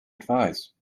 advise